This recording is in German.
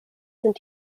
sind